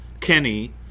Kenny